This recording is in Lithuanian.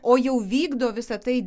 o jau vykdo visa tai